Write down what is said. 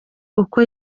uko